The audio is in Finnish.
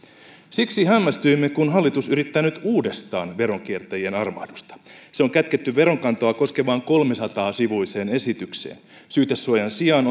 siksi hämmästyimme kun hallitus yrittää nyt uudestaan veronkiertäjien armahdusta se on kätketty veronkantoa koskevaan kolmesataa sivuiseen esitykseen syytesuojan sijaan